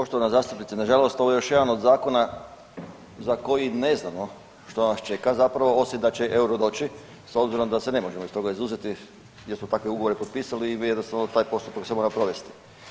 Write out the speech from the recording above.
Poštovana zastupnice, nažalost ovo je još jedan od zakona za koji ne znamo što nas čeka zapravo osim da će euro doći s obzirom da se ne možemo iz toga izuzeti jer smo takve ugovore potpisali i jednostavno taj postupak se mora provesti.